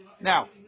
Now